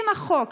החוק,